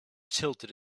tilted